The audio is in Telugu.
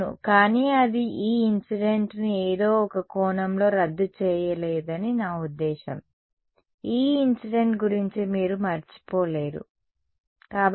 అవును కానీ అది E ఇన్సిడెంట్ ను ఏదో ఒక కోణంలో రద్దు చేయలేదని నా ఉద్దేశ్యం E ఇన్సిడెంట్ గురించి మీరు మరచిపోలేరు సరే